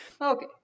Okay